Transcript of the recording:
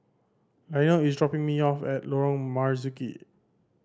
Lionel is dropping me off at Lorong Marzuki